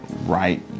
right